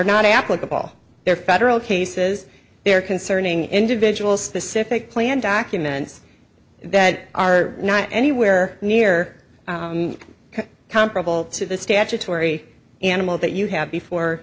not applicable their federal cases they are concerning individual specific plan documents that are not anywhere near comparable to the statutory animals that you have before